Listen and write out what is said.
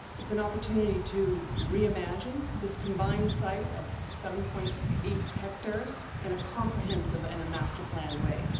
it's an opportunity to reimagine this combined site of seven point eight hectares in a comprehensive and master plan way,